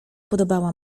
podobała